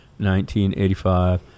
1985